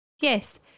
Yes